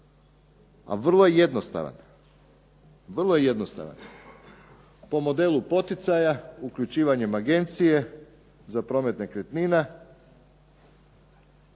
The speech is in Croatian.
smo ga POS plus a vrlo je jednostavan. Po modelu poticaja uključivanjem agencije za promet nekretnina